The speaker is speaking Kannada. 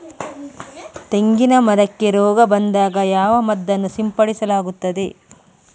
ತೆಂಗಿನ ಮರಕ್ಕೆ ರೋಗ ಬಂದಾಗ ಯಾವ ಮದ್ದನ್ನು ಸಿಂಪಡಿಸಲಾಗುತ್ತದೆ?